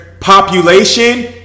population